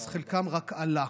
אז חלקם רק עלה.